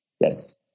Yes